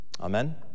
Amen